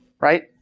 Right